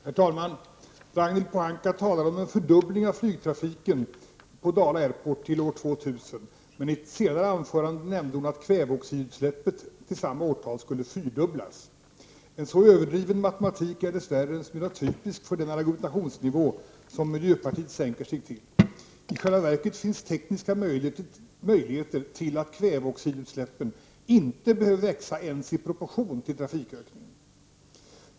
Herr talman! Ragnhild Pohanka talade om en fördubbling av flygtrafiken på Dala Airport till år 2000. Men i ett senare anförande nämnde hon att kväveoxidutsläppen till samma årtal skulle fyrdubblas. En sådan överdriven matematik är dess värre en smula typisk för den argumentationsnivå som miljöpartiet sänker sig till. I själva verket finns det sådana tekniska möjligheter att kväveoxidutsläppen inte behöver växa ens i proportion till trafikökningen.